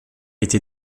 été